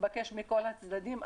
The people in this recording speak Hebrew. מתבקש מכל הצדדים.